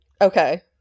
Okay